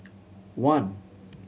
one